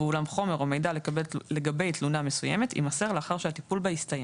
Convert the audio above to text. ואולם חומר או מידע לגבי תלונה מסוימת יימסר לאחר שהטיפול בה הסתיים.